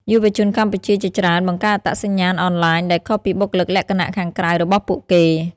យុវជនកម្ពុជាជាច្រើនបង្កើតអត្តសញ្ញាណអនឡាញ ដែលខុសពីបុគ្គលិកលក្ខណៈខាងក្រៅរបស់ពួកគេ។